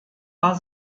war